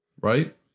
right